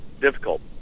difficult